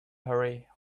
hurry